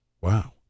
Wow